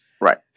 Right